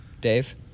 Dave